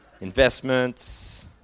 investments